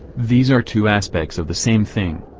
these are two aspects of the same thing.